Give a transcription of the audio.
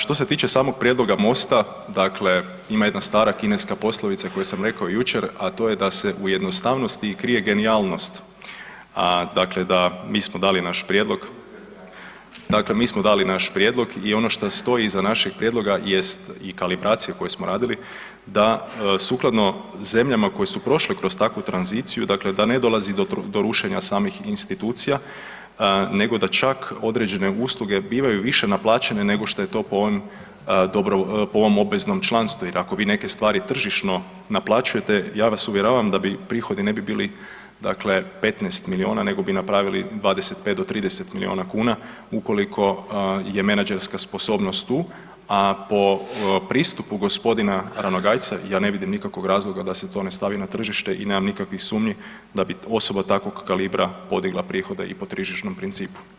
Što se tiče samog prijedloga MOST-a, dakle ima jedna stara kineska poslovica koju sam rekao jučer, a to je da se u jednostavnosti krije genijalnost, a dakle da mi smo dali naš prijedlog, dakle mi smo dali naš prijedlog i ono šta stoji iza našeg prijedloga jest i kalibracije koje smo radili da sukladno zemljama koje su prošle kroz takvu tranziciju, dakle da ne dolazi do rušenja samih institucija nego da čak određene usluge bivaju više naplaćene nego šta je to po ovim, po ovom obveznom članstvu jer ako vi neke stvari tržišno naplaćujete ja vas uvjeravam da bi prihodi ne bi bili, dakle 15 milijona nego bi napravili 25 do 30 milijona kuna ukoliko je menadžerska sposobnost tu, a po pristupu g. Ranogajca ja ne vidim nikakvog razloga da se to ne stavi na tržište i nemam nikakvih sumnji da bi osoba takvog kalibra podigla prihode i po tržišnom principu.